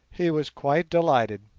he was quite delighted.